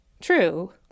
True